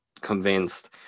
convinced